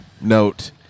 note